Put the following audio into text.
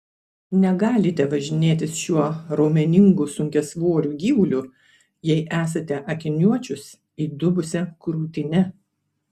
negalite važinėtis šiuo raumeningu sunkiasvoriu gyvuliu jei esate akiniuočius įdubusia krūtine